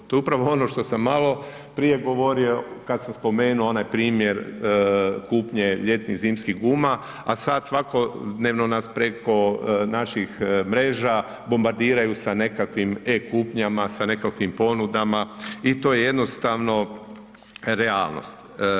To je upravo ono što sam maloprije govorio kad sam spomenuo onaj primjer kupnje ljetnih, zimskih guma, a sad svakodnevno nas preko našim mreža bombardiraju sa nekakvim e-Kupnjama, sa nekakvih ponudama i to je jednostavno realnost.